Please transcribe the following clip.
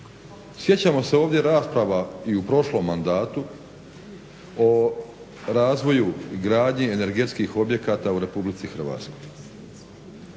Sjećamo se ovdje rasprava i u prošlom mandatu o razvoju i gradnji energetskih objekata u Republici Hrvatskoj.